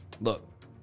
look